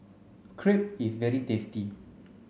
crepe is very tasty